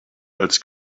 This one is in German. als